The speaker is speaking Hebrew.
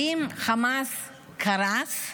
האם חמאס קרס?